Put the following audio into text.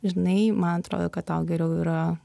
žinai man atrodo kad tau geriau yra